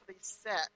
set